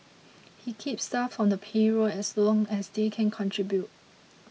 he keeps staff on the payroll as long as they can contribute